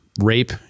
Rape